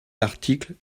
l’article